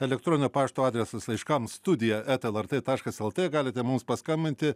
elektroninio pašto adresas laiškams studija eta lrt taškas lt galite mums paskambinti